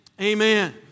amen